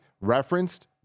referenced